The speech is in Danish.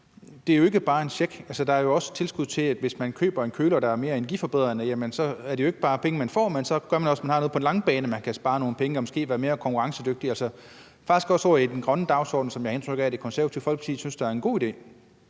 Det handler jo ikke bare om en check, der er jo også et tilskud, sådan at hvis man køber en køler, der er mere energibesparende, så er det ikke bare penge, man får, men så gør det også, at man kan spare nogle penge på den lange bane og måske være mere konkurrencedygtig. Det hører faktisk også til ovre i den grønne dagsorden, som jeg har indtryk af at Det Konservative Folkeparti synes er en god idé.